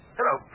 Hello